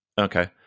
Okay